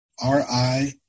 R-I